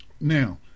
Now